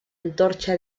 antorcha